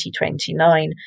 2029